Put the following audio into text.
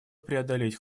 преодолеть